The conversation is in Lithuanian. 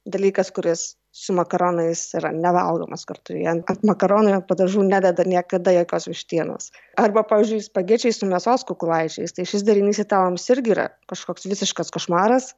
dalykas kuris su makaronais yra nevalgomas kartu jie ant makaronų padažų nededa niekada jokios vištienos arba pavyzdžiui spagečiai su mėsos kukulaičiais tai šis derinys italams irgi yra kažkoks visiškas košmaras